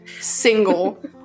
single